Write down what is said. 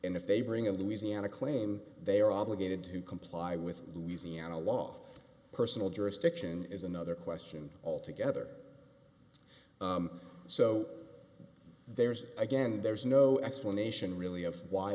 and if they bring a louisiana claim they are obligated to comply with louisiana law personal jurisdiction is another question altogether so there's again there's no explanation really of why